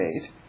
made